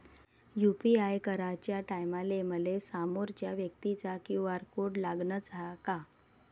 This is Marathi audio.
यू.पी.आय कराच्या टायमाले मले समोरच्या व्यक्तीचा क्यू.आर कोड लागनच का?